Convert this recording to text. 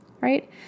Right